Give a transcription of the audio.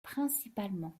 principalement